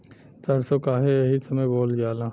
सरसो काहे एही समय बोवल जाला?